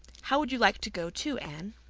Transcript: how would you like to go too, anne?